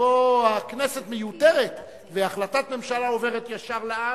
שבו הכנסת מיותרת והחלטת הממשלה עוברת ישר לעם.